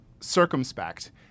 circumspect